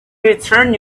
return